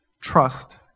trust